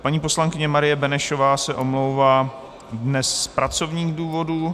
Paní poslankyně Marie Benešová se omlouvá dnes z pracovních důvodů.